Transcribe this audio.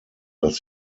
dass